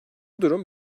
durum